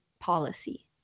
policy